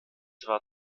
war